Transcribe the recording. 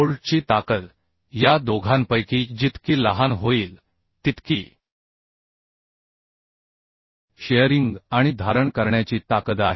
बोल्टची ताकद या दोघांपैकी जितकी लहान होईल तितकी शिअरिंग आणि धारण करण्याची ताकद आहे